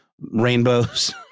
rainbows